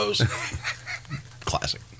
classic